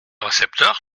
récepteur